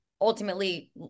ultimately